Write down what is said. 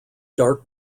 dark